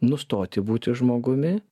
nustoti būti žmogumi